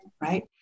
right